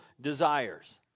desires